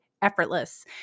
effortless